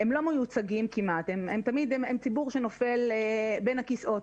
הם לא מיוצגים כמעט, הם ציבור שנופל בין הכיסאות.